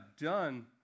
done